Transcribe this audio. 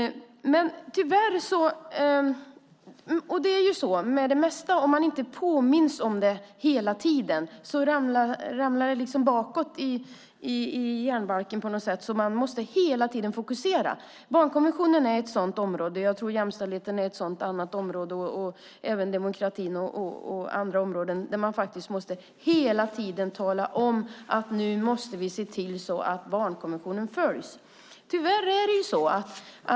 Det är ju så med det mesta. Om man inte påminns om det hela tiden så ramlar det liksom bakåt i hjärnbalken på något sätt. Därför måste man hela tiden fokusera. Barnkonventionen är ett sådant område. Jag tror att jämställdhet och även demokrati och andra områden är andra sådana områden där vi faktiskt hela tiden måste tala om för oss själva att nu måste vi se till att barnkonventionen och så vidare följs.